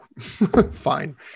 fine